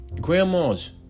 grandmas